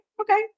okay